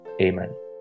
Amen